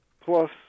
Plus